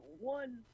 one